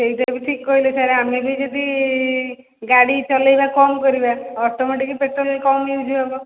ସେଇଦିନୁ ଠିକ୍ କହିଲେ ସାର୍ ଆମେ ବି ଯଦି ଗାଡ଼ି ଚଲେଇବା କମ୍ କରିବା ଅଟୋମେଟିକ୍ ପେଟ୍ରୋଲ୍ କମ୍ ୟୁଉସ୍ ହେବ